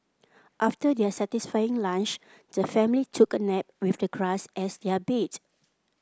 after their satisfying lunch the family took a nap with the grass as their bed